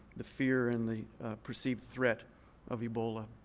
the fear and the perceived threat of ebola.